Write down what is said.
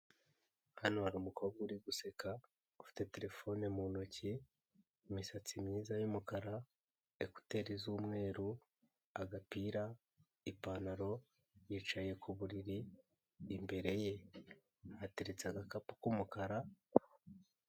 Hano hari umukobwa uri guseka, ufite terefone mu ntoki, imisatsi myiza y'umukara, ekuteri z'umweru, agapira, ipantaro, yicaye ku buriri, imbere ye hateretse agakapu k'umukara.